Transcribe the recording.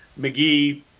McGee